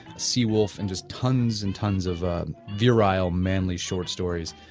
sea wolf, and just tons and tons of virile manly short stories.